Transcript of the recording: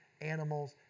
animals